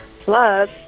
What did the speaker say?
plus